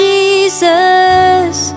Jesus